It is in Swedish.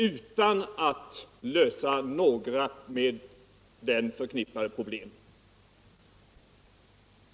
utan att lösa några med den förknippade problem.